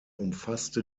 umfasste